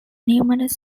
numerous